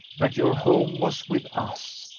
that your home was with us,